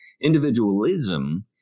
Individualism